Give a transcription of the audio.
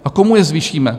A komu je zvýšíme?